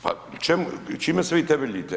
Pa čime se vi temeljite?